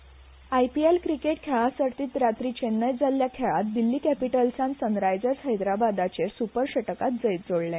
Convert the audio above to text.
IPL IPL cricket खेळा सर्तीत राती चेन्नयत जाल्ल्या खेळात दिल्ली कॅपिटल्सान सनरायजर्स हैदराबादाचेर सुपर षटकात जैत जोडले